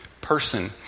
person